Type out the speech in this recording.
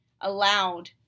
allowed